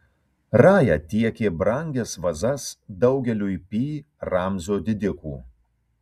raja tiekė brangias vazas daugeliui pi ramzio didikų